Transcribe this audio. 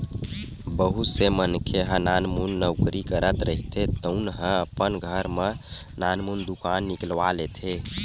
बहुत से मनखे ह नानमुन नउकरी करत रहिथे तउनो ह अपन घर म नानमुन दुकान निकलवा लेथे